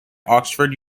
oxford